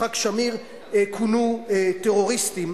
אל תגזים,